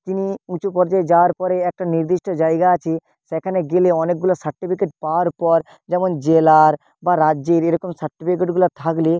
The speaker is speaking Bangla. তিনি উঁচু পর্যায়ে যাওয়ার পরে একটা নির্দিষ্ট জায়গা আছে সেখানে গেলে অনেকগুলো সার্টিফিকেট পাওয়ার পর যেমন জেলার বা রাজ্যের এরকম সার্টিফিকেটগুলা থাকলে